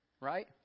Right